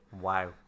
Wow